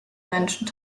menschen